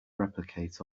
replicate